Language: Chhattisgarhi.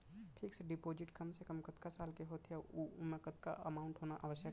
फिक्स डिपोजिट कम से कम कतका साल के होथे ऊ ओमा कतका अमाउंट होना आवश्यक हे?